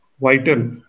vital